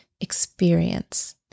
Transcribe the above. experience